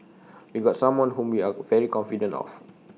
we got someone whom we are very confident of